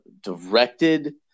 directed